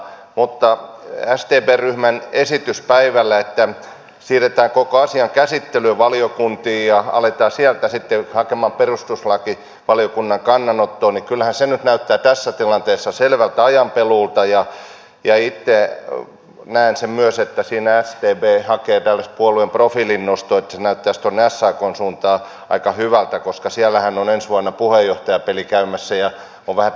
mutta kyllähän sdpn ryhmän esitys päivällä että siirretään koko asian käsittely valiokuntiin ja aletaan sieltä sitten hakemaan perustuslakivaliokunnan kannanottoa nyt näyttää tässä tilanteessa selvältä ajan peluulta ja itse näen sen myös että siinä sdp hakee tällaista puolueen profiilin nostoa että se näyttäisi tuonne sakn suuntaan aika hyvältä koska siellähän on ensi vuonna puheenjohtajapeli käymässä ja on vähän tämäntyyppistä peliä